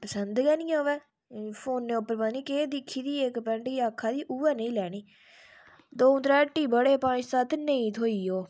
पसंद गै निं आवै फोनै पर पता निं केह् दिक्खी दी ही इक पैंट आखा दी उऐ नेही लैनी द'ऊं त्रै हट्टी बड़े नेईं थ्होई ओह्